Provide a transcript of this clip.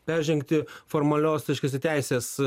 peržengti formalios reiškiasi teisės